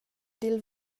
dil